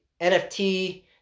NFT